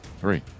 Three